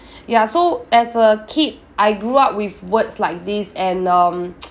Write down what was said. ya so as a kid I grew up with words like this and um